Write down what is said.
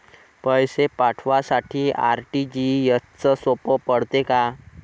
पैसे पाठवासाठी आर.टी.जी.एसचं सोप पडते का?